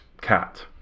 cat